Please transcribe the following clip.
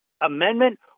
amendment